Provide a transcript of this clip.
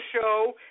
show